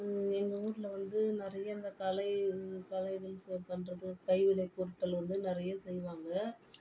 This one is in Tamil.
எங்கள் ஊரில் வந்து நிறைய இந்த கலை கலை பண்றது கைவினைப் பொருட்கள் வந்து நிறைய செய்வாங்க